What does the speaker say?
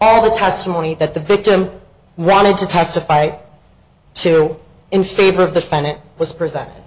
all the testimony that the victim running to testify to in favor of the fan it was presented